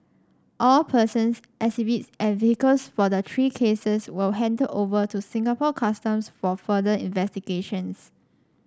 all persons exhibits and vehicles for the three cases were handed over to Singapore Customs for further investigations